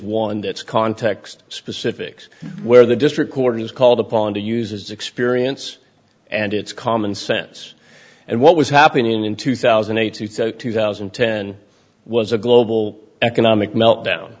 one that's context specifics where the district court is called upon to use his experience and it's common sense and what was happening in two thousand and eight two thousand and ten was a global economic meltdown